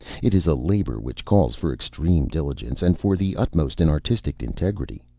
it is a labor which calls for extreme diligence, and for the utmost in artistic integrity.